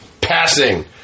passing